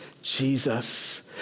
Jesus